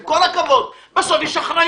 עם כל הכבוד, בסוף יש אחריות.